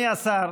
השר,